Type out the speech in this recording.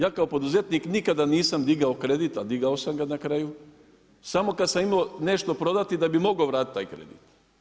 Ja kao poduzetnik nikada nisam digao kredit, a digao sam ga na kraju, samo kada sam imao nešto prodati da bih mogao vratiti taj kredit.